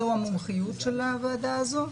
זו המומחיות של הוועדה הזו.